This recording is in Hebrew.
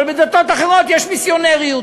אבל בדתות אחרות יש מיסיונריות,